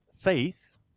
faith